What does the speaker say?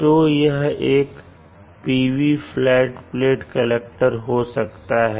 तो यह एक PV फ्लैट प्लेट कलेक्टर हो सकता है